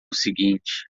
seguinte